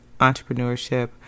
entrepreneurship